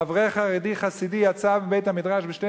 אברך חרדי חסידי יצא מבית-המדרש ב-12